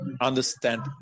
Understand